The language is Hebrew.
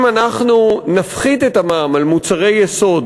אם אנחנו נפחית את המע"מ על מוצרי יסוד,